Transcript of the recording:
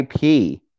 IP